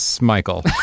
Michael